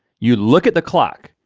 you look at the clock.